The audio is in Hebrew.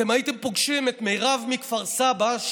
אתם הייתם פוגשים את מירב מכפר סבא,